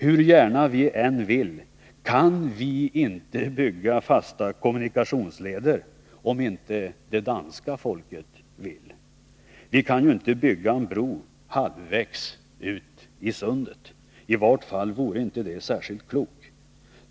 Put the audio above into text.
Hur gärna vi än vill det, kan vi inte bygga fasta kommunikationsleder om inte det danska folket vill det. Vi kan ju inte bygga en bro halvvägs ut i sundet — i vart fall vore det inte särskilt klokt.